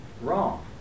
Wrong